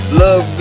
love